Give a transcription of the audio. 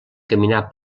caminar